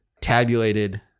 tabulated